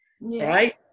right